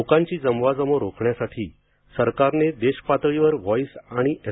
लोकांची जमवाजमव रोखण्यासाठी सरकारने देशपातळीवर व्हॉईस आणि एस